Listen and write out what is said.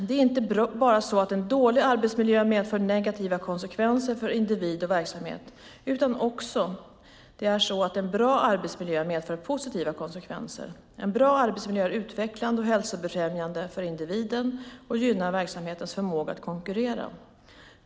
Det är inte bara så att en dålig arbetsmiljö medför negativa konsekvenser för individ och verksamhet utan också så att en bra arbetsmiljö medför positiva konsekvenser. En bra arbetsmiljö är utvecklande och hälsobefrämjande för individen och gynnar verksamhetens förmåga att konkurrera.